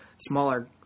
smaller